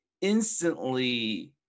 instantly